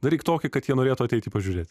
daryk tokį kad jie norėtų ateiti pažiūrėti